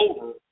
over